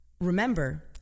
Remember